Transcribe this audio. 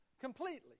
completely